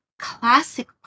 classic